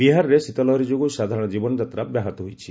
ବିହାରରେ ଶୀତଲହରୀ ଯୋଗୁଁ ସାଧାରଣ ଜୀବନଯାତ୍ରା ବ୍ୟାହତ ହୋଇଛି